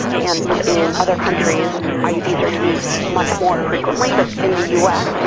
and in other countries and ah iuds are used much more frequently but in the us,